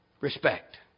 Respect